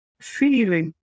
feeling